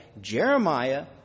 Jeremiah